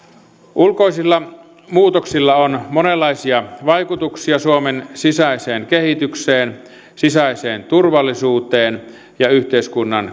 ulkoisilla muutoksilla on monenlaisia vaikutuksia suomen sisäiseen kehitykseen sisäiseen turvallisuuteen ja yhteiskunnan